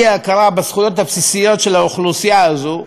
האי-הכרה בזכויות הבסיסיות של האוכלוסייה הזאת,